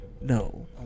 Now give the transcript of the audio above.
No